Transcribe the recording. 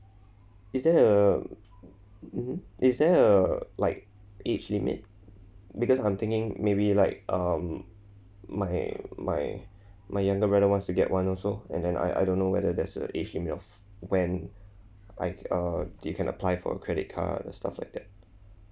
is there a mmhmm is there a like age limit because I'm thinking maybe like um my my my younger brother wants to get one also and then I I don't know whether there's a age limits of when I uh you can apply for credit card stuff like that